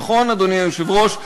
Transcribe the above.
נכון, אדוני היושב-ראש?